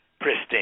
pristine